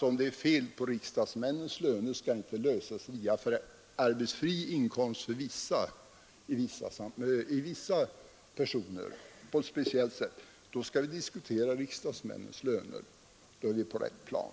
Om det är fel på riksdagsmännens löner, skall problemet inte lösas via arbetsfri inkomst för vissa personer på ett speciellt sätt, utan då skall vi diskutera riksdagsmännens löner! Då är vi på rätt plan.